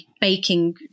Baking